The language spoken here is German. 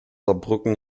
saarbrücken